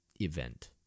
event